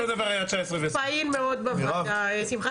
הוא פעיל מאוד בוועדה שמחה,